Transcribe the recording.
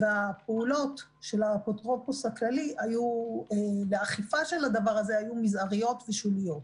הפעולות של האפוטרופוס הכללי באכיפה של הדבר הזה היו מזעריות ושוליות.